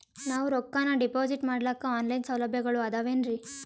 ನಾವು ರೊಕ್ಕನಾ ಡಿಪಾಜಿಟ್ ಮಾಡ್ಲಿಕ್ಕ ಆನ್ ಲೈನ್ ಸೌಲಭ್ಯಗಳು ಆದಾವೇನ್ರಿ?